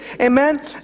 Amen